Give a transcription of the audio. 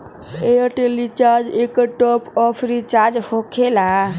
Airtel recharge एकर top off recharge होकेला?